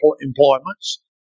employments